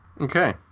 okay